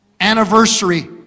anniversary